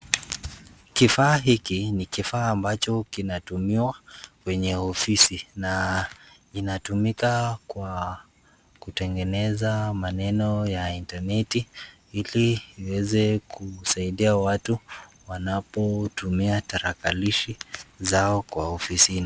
Kifaa hiki ni kifaa ambacho kinatumiwa kwenye ofisi na inatumika kwa kutengeneza maneno ya intaneti ili iweze kusaidia watu wanapotumia tarakilishi zao kwa ofisini .